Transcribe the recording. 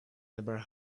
never